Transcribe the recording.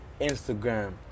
Instagram